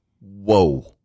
whoa